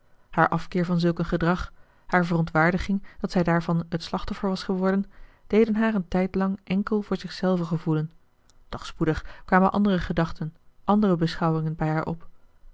haar afkeer van zulk een gedrag haar verontwaardiging dat zij daarvan het slachtoffer was geworden deden haar een tijdlang enkel voor zichzelve gevoelen doch spoedig kwamen andere gedachten andere beschouwingen bij haar op